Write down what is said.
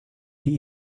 die